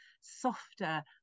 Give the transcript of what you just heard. softer